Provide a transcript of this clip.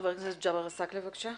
חבר הכנסת ג'אבר עסאקלה, בבקשה.